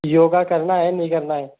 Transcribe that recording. योगा करना है नहीं करना है